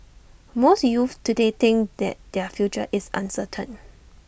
most youths today think that their future is uncertain